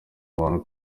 abantu